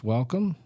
Welcome